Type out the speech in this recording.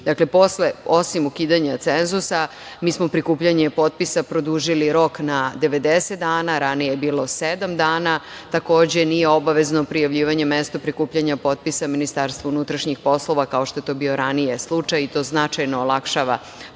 dakle, osim ukidanja cenzusa, mi smo prikupljanje potpisa produžili rok na 90 dana, a ranije je bilo sedam dana. Takođe, nije obavezno prijavljivanje mesta prikupljanja potpisa Ministarstvu unutrašnjih poslova, kao što je to bio ranije slučaj. To značajno olakšava proces